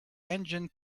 engine